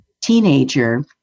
teenager